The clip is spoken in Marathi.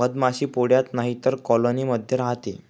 मधमाशी पोळ्यात नाहीतर कॉलोनी मध्ये राहते